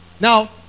Now